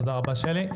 תודה רבה, שלי.